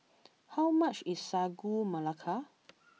how much is Sagu Melaka